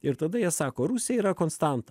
ir tada jie sako rusija yra konstanta